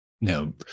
no